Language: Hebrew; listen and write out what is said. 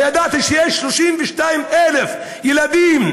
הידעת שיש 32,000 ילדים